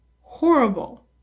horrible